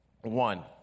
one